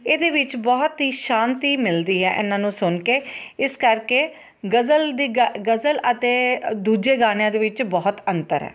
ਇਹਦੇ ਵਿੱਚ ਬਹੁਤ ਹੀ ਸ਼ਾਂਤੀ ਮਿਲਦੀ ਹੈ ਇਹਨਾਂ ਨੂੰ ਸੁਣ ਕੇ ਇਸ ਕਰਕੇ ਗਜ਼ਲ ਦੀ ਗਜ਼ਲ ਅਤੇ ਦੂਜੇ ਗਾਣਿਆਂ ਦੇ ਵਿੱਚ ਬਹੁਤ ਅੰਤਰ ਹੈ